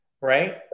right